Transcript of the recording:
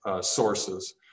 sources